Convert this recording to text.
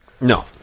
No